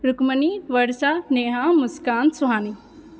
Rukmini Varsha Neha Muskan Suhani